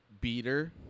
beater